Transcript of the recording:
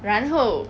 然后